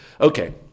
Okay